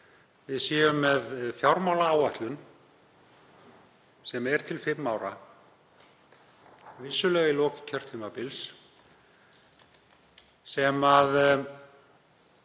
við séum með fjármálaáætlun sem er til fimm ára, vissulega í lok kjörtímabils, þar